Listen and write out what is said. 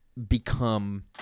become